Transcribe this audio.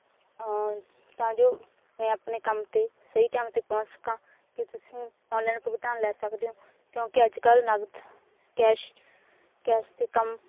ਤਾਂ ਜੋ ਮੈਂ ਆਪਣੇ ਕੰਮ 'ਤੇ ਸਹੀ ਟਾਈਮ 'ਤੇ ਪਹੁੰਚ ਸਕਾਂ ਕੀ ਤੁਸੀਂ ਔਨਲਾਈਨ ਭੁਗਤਾਨ ਲੈ ਸਕਦੇ ਹੋ ਕਿਉਂਕਿ ਅੱਜ ਕੱਲ੍ਹ ਨਕਦ ਕੈਸ਼ ਕੈਸ਼ 'ਤੇ ਕੰਮ